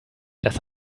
das